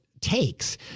takes